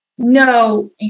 No